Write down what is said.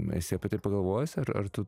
esi apie tai pagalvojęs ar ar tu